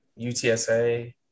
UTSA